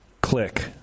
Click